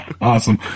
Awesome